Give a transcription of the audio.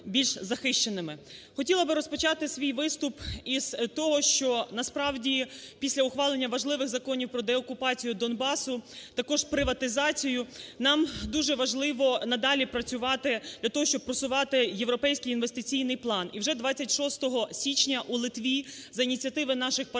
Хотіла б розпочати свій виступ із того, що, насправді, після ухвалення важливих законів продеокупацію Донбасу, також приватизацію. Нам дуже важливо надалі працювати від того, щоб просувати європейський інвестиційний план. І вже 26 січня у Литві за ініціативи наших партнерів